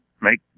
make